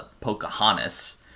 Pocahontas